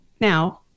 Now